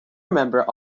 remember